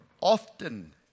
often